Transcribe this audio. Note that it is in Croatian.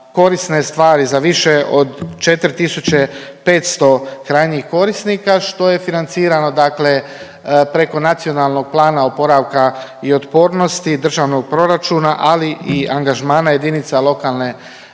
korisne stvari za više od 4.500 krajnjih korisnika što je financirano preko NPOO-a, državnog proračuna, ali i angažmana jedinica lokalne